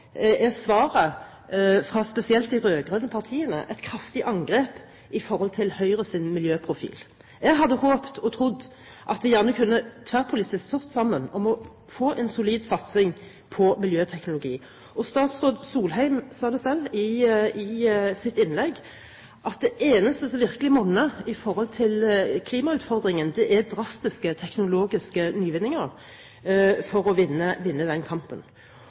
er svaret, spesielt fra de rød-grønne partiene, et kraftig angrep på Høyres miljøprofil. Jeg hadde håpet og trodd at vi tverrpolitisk kunne stått sammen om å få en solid satsing på miljøteknologi. Statsråd Solheim sa selv i sitt innlegg at det eneste som virkelig monner i forhold til klimautfordringen, er drastiske teknologiske nyvinninger for å vinne kampen.